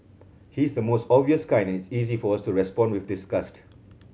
he is the most obvious kind and it's easy for us to respond with disgust